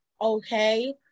okay